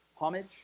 Homage